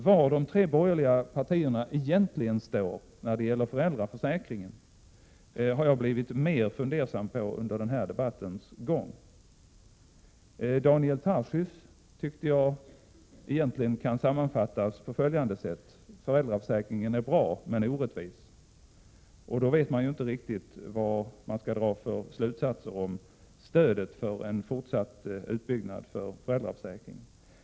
Var de tre borgerliga partierna egentligen står när det gäller föräldraförsäkringen har jag blivit mer och mer fundersam på under den här debattens gång. Daniel Tarschys tycker jag kan sammanfattas på följande sätt: föräldraförsäkringen är bra men orättvis. Och då vet man ju inte riktigt vilken slutsats man skall dra om stödet för en fortsatt utbyggnad av föräldraförsäkringen.